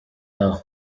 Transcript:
aho